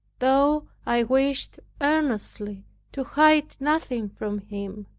though i wished earnestly to hide nothing from him,